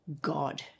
God